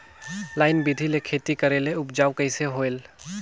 Line बिधी ले खेती करेले उपजाऊ कइसे होयल?